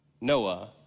Noah